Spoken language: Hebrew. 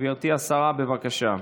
גברתי השרה, בבקשה.